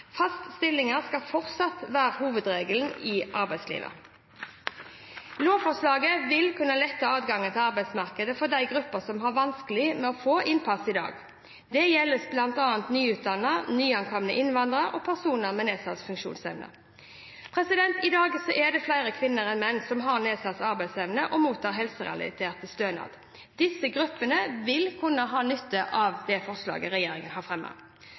stillinger skal fortsatt være hovedregelen i arbeidslivet. Lovforslaget vil kunne lette adgangen til arbeidsmarkedet for de gruppene som har vanskelig for å få innpass i dag. Dette gjelder bl.a. nyutdannede, nyankomne innvandrere og personer med nedsatt funksjonsevne. I dag er det flere kvinner enn menn som har nedsatt arbeidsevne og mottar helserelaterte stønader. Disse gruppene vil kunne ha nytte av det forslaget regjeringen har